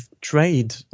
trade